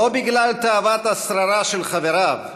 לא בגלל תאוות השררה של חבריו,